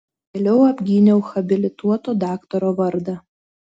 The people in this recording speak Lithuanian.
vėliau apgyniau habilituoto daktaro vardą